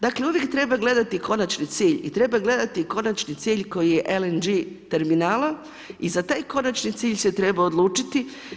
Dakle uvijek treba gledati konačni cilj i treba gledati konačni cilj koji je LNG terminala i za taj konačni cilj se treba odlučiti.